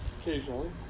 Occasionally